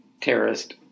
terrorist